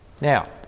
Now